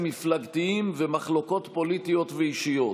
מפלגתיים ומחלוקות פוליטיות ואישיות.